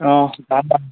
অঁ